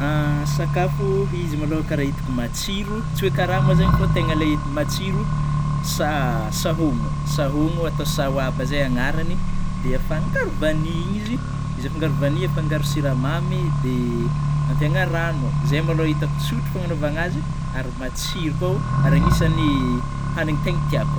Sakafo, izy malô karaha itako matsiro, tsy oe karaha mo zagny fa le tegna hitako matsiro, sa-sahomo, sahomo atao saoaba zeigny agnarany, de afangaro vanille iny izy, izy afangaro vanille afangaro siramamy de ampiana rano, zay malô itako tsôtra fagnagnovagnazy, ary matsiro kôa, ary agnisany haniny tegna tiako.